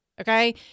Okay